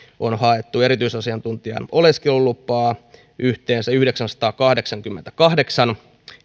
on haettu erityisasiantuntijan oleskelulupaa yhteensä yhdeksänsataakahdeksankymmentäkahdeksan